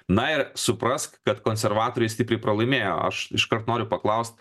na ir suprask kad konservatoriai stipriai pralaimėjo aš iškart noriu paklaust